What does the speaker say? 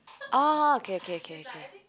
oh okay okay okay okay